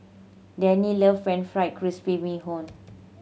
Dannie love friend fried crispy bee hoon